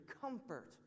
comfort